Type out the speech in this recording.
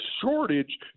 shortage